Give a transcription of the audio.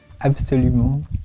Absolument